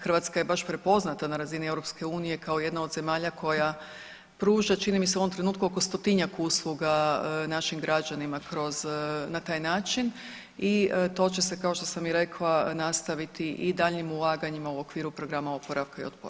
Hrvatska je baš prepoznata na razini EU kao jedna od zemalja koja pruža čini mi se u ovom trenutku oko 100-tinjak usluga našim građanima na taj način i to će se kao što sam i rekla nastaviti i daljnjim ulaganjima u okviru programa oporavka i otpornosti.